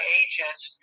agents